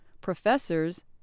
professors